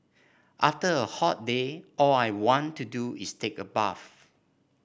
after a hot day all I want to do is take a bath